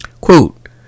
Quote